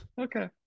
okay